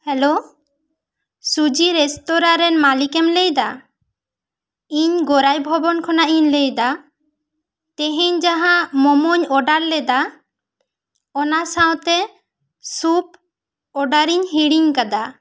hello Suji restaurant ᱨᱮᱱ ᱢᱟᱹᱞᱤᱠ ᱮᱢ ᱞᱟᱹᱭ ᱮᱫᱟ ᱤᱧ ᱜᱚᱨᱟᱭ ᱵᱚᱵᱷᱚᱱ ᱠᱷᱚᱱᱟᱜ ᱤᱧ ᱞᱟᱹᱭ ᱮᱫᱟ ᱛᱮᱦᱮᱱ ᱡᱟᱦᱟᱸ ᱢᱚᱢᱚᱧ ᱚᱰᱟᱨ ᱞᱮᱫᱟ ᱚᱱᱟ ᱥᱟᱶ ᱛᱮ ᱥᱩᱯ ᱚᱰᱟᱨᱤᱧ ᱤᱧ ᱦᱤᱲᱤᱧ ᱠᱟᱫᱟ